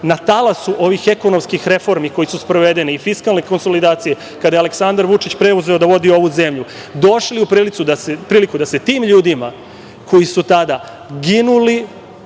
na talasu ovih ekonomskih reformi koje su sprovedene i fiskalne konsolidacije, kada je Aleksandar Vučić preuzeo da vodi ovu zemlju, došli u priliku da se tim ljudima koji su tada ginuli